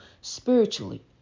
spiritually